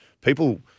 People